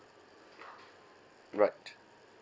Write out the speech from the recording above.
right